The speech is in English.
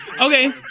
okay